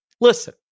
Listen